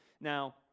Now